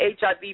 HIV